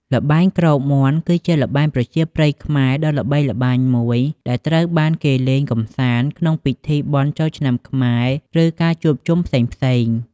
ល្បែងគ្របមាន់ គឺជាល្បែងប្រជាប្រិយខ្មែរដ៏ល្បីល្បាញមួយ ដែលត្រូវបានគេលេងកម្សាន្តក្នុងពិធីបុណ្យចូលឆ្នាំខ្មែរ ឬការជួបជុំផ្សេងៗ។